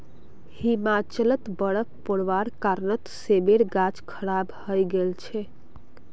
हिमाचलत बर्फ़ पोरवार कारणत सेबेर गाछ खराब हई गेल छेक